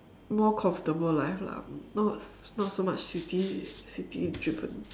more comfortable life lah not not so much city city driven